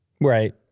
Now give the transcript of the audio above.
Right